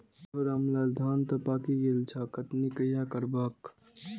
की हौ रामलाल, धान तं पाकि गेल छह, कटनी कहिया करबहक?